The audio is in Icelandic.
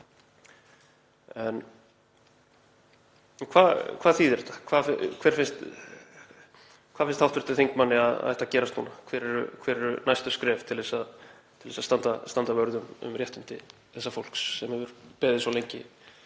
En hvað þýðir þetta? Hvað finnst hv. þingmanni að ætti að gerast núna? Hver eru næstu skref til þess að standa vörð um réttindi þessa fólks sem hefur beðið svo lengi